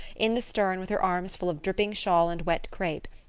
in the stern with her arms full of dripping shawl and wet crepe.